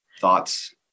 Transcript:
thoughts